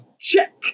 Check